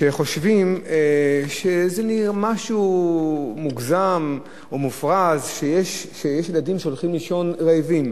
שחושבים שזה משהו מוגזם או מופרז שיש ילדים שהולכים לישון רעבים.